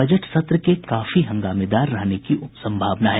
budget सत्र के काफी हंगामेदार रहने की संभावना है